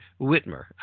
Whitmer